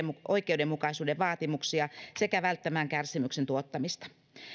oikeudenmukaisuuden vaatimuksia sekä välttämään kärsimyksen tuottamista